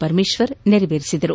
ಪರಮೇಶ್ವರ ನೆರವೇರಿಸಿದರು